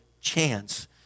chance